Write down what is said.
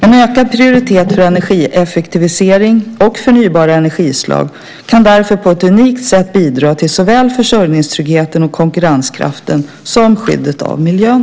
En ökad prioritet för energieffektivisering och förnybara energislag kan därför på ett unikt sätt bidra till såväl försörjningstryggheten och konkurrenskraften som skyddet av miljön.